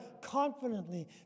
confidently